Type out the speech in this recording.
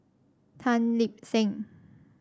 Tan Lip Seng